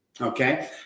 okay